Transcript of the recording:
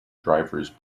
drivers